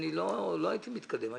לא הייתי מתקדם.